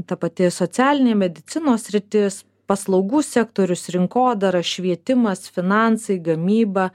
ta pati socialinė medicinos sritis paslaugų sektorius rinkodara švietimas finansai gamyba